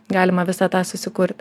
galima visą tą susikurt